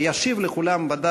ישיב לכולם, ודאי,